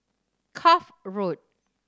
Cuff Road